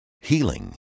healing